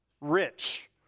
rich